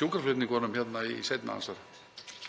sjúkraflutningunum í seinna andsvari.